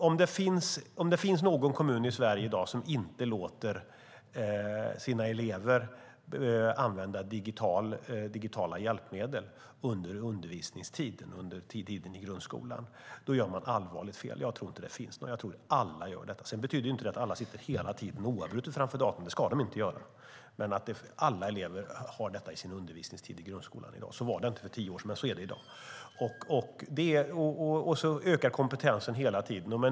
Om det finns någon kommun i Sverige i dag som inte låter sina elever använda it och digitala hjälpmedel under undervisningstid i grundskolan gör de ett allvarligt fel. Jag tror inte att det finns. Jag tror att alla gör det. Det betyder inte att alla oavbrutet sitter framför datorn. Det ska de inte göra. Men alla elever har detta i sin undervisningstid i grundskolan i dag. Så var det inte för tio år sedan, men så är det i dag. Kompetensen ökar hela tiden.